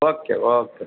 okay okay